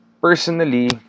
personally